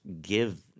give